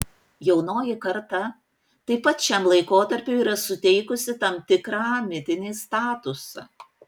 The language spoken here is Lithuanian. jaunoji karta taip pat šiam laikotarpiui yra suteikusi tam tikrą mitinį statusą